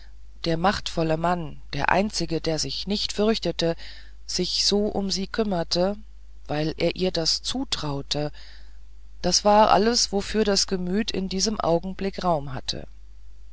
der machtvolle mann der einzige der sich nicht fürchtete sich so um sie kümmere weil er ihr das zutraue das war alles wofür das gemüt in diesem augenblick raum hatte